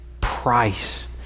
price